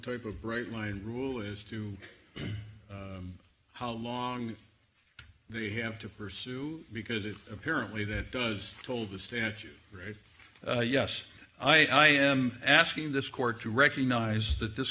type of bright line rule as to how long they have to pursue because it apparently that does told the statute right yes i am asking this court to recognize that this